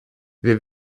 wir